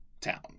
town